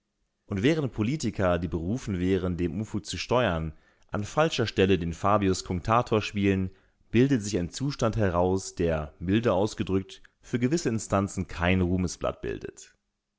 und während politiker die berufen wären dem unfug zu steuern an falscher stelle den fabius cunctator spielen bildet sich ein zustand heraus der milde ausgedrückt für gewisse instanzen kein ruhmesblatt bildet